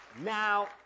Now